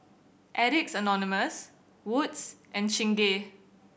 Addicts Anonymous Wood's and Chingay